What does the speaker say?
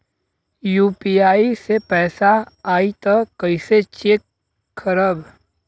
UPI से पैसा आई त कइसे चेक खरब?